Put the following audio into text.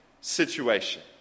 situation